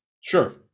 sure